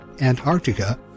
Antarctica